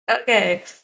Okay